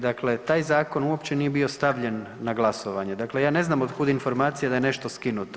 Dakle, taj zakon uopće nije bio stavljen na glasovanje, dakle ja ne znam otkud informacija da je nešto skinuto.